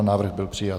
Návrh byl přijat.